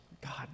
God